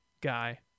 guy